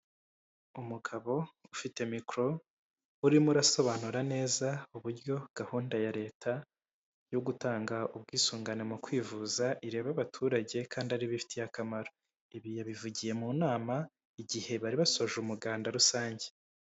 Umugabo ufite mikoro, urimo asobanura neza uburyo gahunda ya leta yo gutanga ubwisungane mu kwivuza ireba abaturage kandi ari bo ifitiye akamaro. Ibi yabivugiye mu nama, igihe bari basoje umuganda rusange.